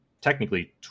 technically